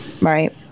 Right